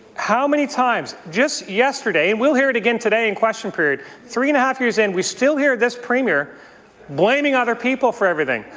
how many times, just yesterday, and we'll hear it again today in question period. three and a half years in, we still hear this premier blaming other people for everything.